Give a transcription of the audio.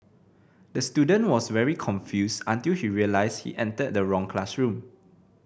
the student was very confused until he realised he entered the wrong classroom